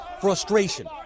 frustration